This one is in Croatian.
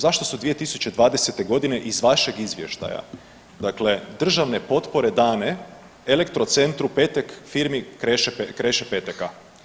Zašto su 2020.g. iz vašeg izvještaja, dakle državne potpore dane Elektrocentru Petek, firmi Kreše Peteka?